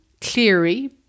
Cleary